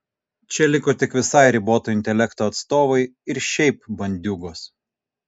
čia liko tik visai riboto intelekto atstovai ir šiaip bandiūgos